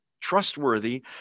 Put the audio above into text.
trustworthy